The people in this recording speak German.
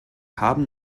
haben